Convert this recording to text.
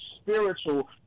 spiritual